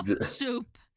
soup